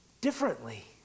differently